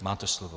Máte slovo.